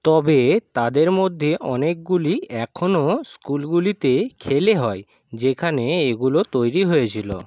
তবে তাদের মধ্যে অনেকগুলি এখনও স্কুলগুলিতে খেলা হয় যেখানে এগুলো তৈরি হয়েছিল